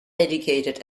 educated